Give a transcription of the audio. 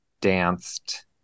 danced